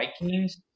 Vikings